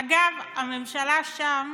אגב, הממשלה שם